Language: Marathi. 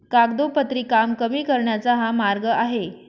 कागदोपत्री काम कमी करण्याचा हा मार्ग आहे